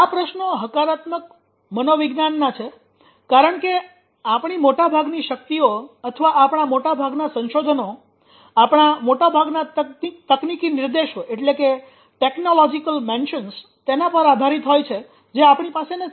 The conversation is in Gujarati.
આ પ્રશ્નો હકારાત્મક મનોવિજ્ઞાનના છે કારણ કે આપણી મોટાભાગની શક્તિઓ અથવા આપણાં મોટાભાગના સંશોધનો આપણા મોટાભાગના તકનીકી નિર્દેશો તેના પર આધારિત હોય છે જે આપણી પાસે નથી